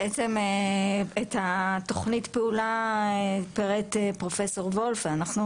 בעצם את התוכנית פעולה פירט פרופסור וולף ואנחנו